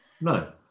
No